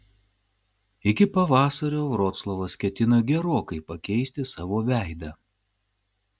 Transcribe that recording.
iki pavasario vroclavas ketina gerokai pakeisti savo veidą